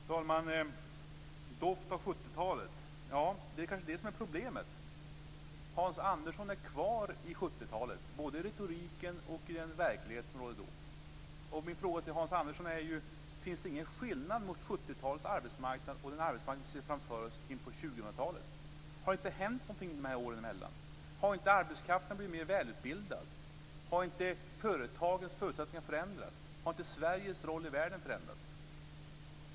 Fru talman! En doft av 70-tal, säger Hans Andersson. Det är kanske det som är problemet. Hans Andersson är kvar i 70-talet, både i retoriken och i den verklighet som rådde då. Min fråga till Hans Andersson är: Finns det ingen skillnad mellan 70-talets arbetsmarknad och den arbetsmarknad som vi ser framför oss in på 2000-talet? Har det inte hänt något under dessa år? Har inte arbetskraften blivit mer välutbildad? Har inte företagens förutsättningar förändrats? Har inte Sveriges roll i världen förändrats?